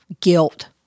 guilt